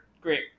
great